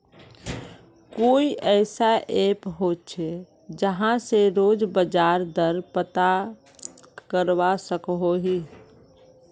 कोई ऐसा ऐप होचे जहा से रोज बाजार दर पता करवा सकोहो ही?